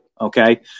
okay